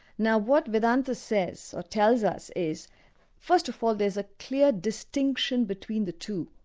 now what vedanta says, or tells us, is first of all there's a clear distinction between the two,